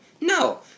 No